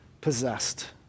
possessed